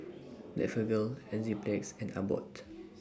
Blephagel Enzyplex and Abbott